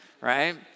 right